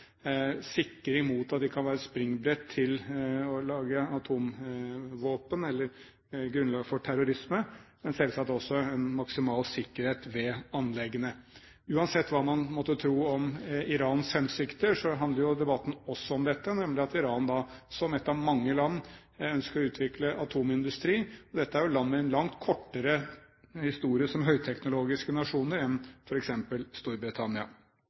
at de kan være springbrett til å lage atomvåpen eller være grunnlag for terrorisme, men selvsagt også en maksimal sikkerhet ved anleggene. Uansett hva man måtte tro om Irans hensikter, handler debatten også om dette, nemlig at Iran, som ett av mange land, ønsker å utvikle atomindustri. Dette er land med en langt kortere historie som høyteknologiske nasjoner enn f.eks. Storbritannia.